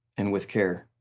and with care.